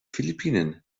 philippinen